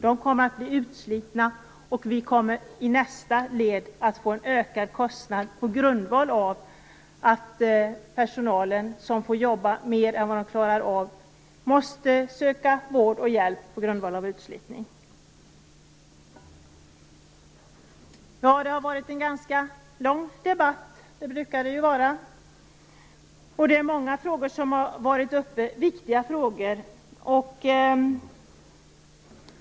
De kommer att bli utslitna, och vi kommer i nästa led att få en ökad kostnad på grund av att personalen som får jobba mer än vad de klarar av måste söka vård och hjälp på grund av utslitning. Det har varit en ganska lång debatt - det brukar det ju vara - och det är många frågor, viktiga frågor, som har tagits upp.